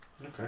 okay